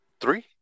three